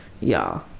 y'all